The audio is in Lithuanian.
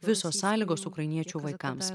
visos sąlygos ukrainiečių vaikams